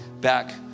back